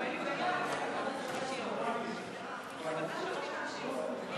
מתכבד להודיע לכנסת, שעל-פי סעיף 43